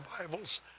Bibles